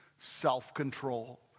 self-control